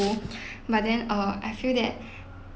but then uh I feel that